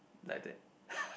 like that